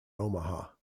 omaha